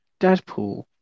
Deadpool